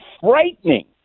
frightening